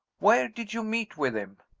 where did you meet with him?